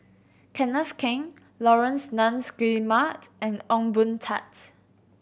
Kenneth Keng Laurence Nunns Guillemard and Ong Boon Tat